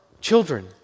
children